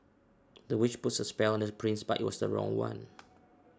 the witch put a spell on the prince but it was the wrong one